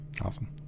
Awesome